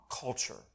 culture